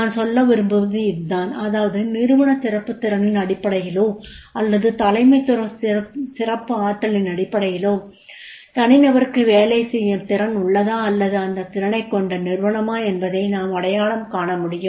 நான் சொல்ல விரும்புவது இதுதான் அதாவது நிறுவன சிறப்புத் திறனின் அடிப்படையிலோ அல்லது தலைமைத்துவ சிறப்பு ஆற்றலின் அடிப்படையிலோ தனிநபருக்கு வேலை செய்யும் திறன் உள்ளதா அல்லது அந்த திறனைக் கொண்ட நிறுவனமா என்பதை நாம் அடையாளம் காண முடியும்